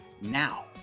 Now